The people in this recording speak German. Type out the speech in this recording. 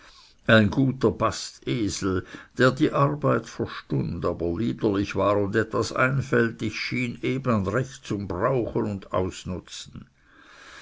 ein guter bastesel der die arbeit verstund aber liederlich war und etwas einfältig schien eben recht zum brauchen und ausnutzen